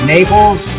Naples